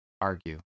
argue